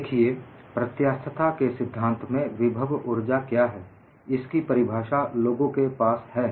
देखिए प्रत्यास्थता के सिद्धांत में विभव ऊर्जा क्या है इसकी परिभाषा लोगों के पास है